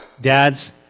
Dad's